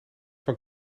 van